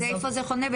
אז איפה זה חונה?